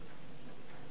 שלוש דקות.